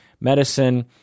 medicine